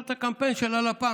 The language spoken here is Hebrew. אני זוכר את הקמפיין של הלפ"מ,